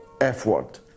f-word